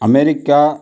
America